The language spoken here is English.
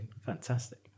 Fantastic